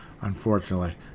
unfortunately